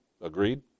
Agreed